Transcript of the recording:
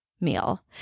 meal